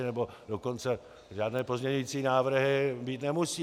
Nebo dokonce žádné pozměňovací návrhy být nemusí.